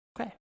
okay